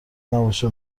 نباشه